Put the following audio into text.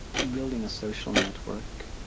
building a social network